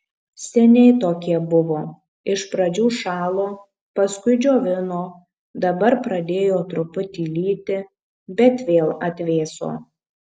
seniai tokie buvo iš pradžių šalo paskui džiovino dabar pradėjo truputį lyti bet vėl atvėso